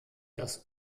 das